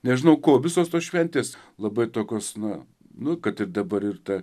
nežinau kuo visos tos šventės labai tokios na nu kad ir dabar ir ta